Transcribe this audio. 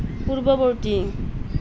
পূৰ্ববৰ্তী